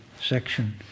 section